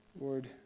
Lord